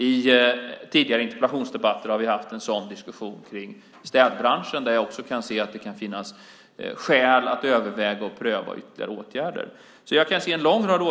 I tidigare interpellationsdebatter har vi haft en sådan diskussion kring städbranschen, där jag också kan se att det kan finnas skäl att överväga och pröva ytterligare åtgärder. Jag kan alltså se en lång rad